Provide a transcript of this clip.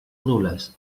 nul·les